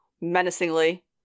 menacingly